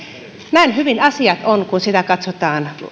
näin hyvin asiat ovat kun katsotaan